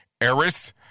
Eris